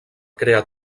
crear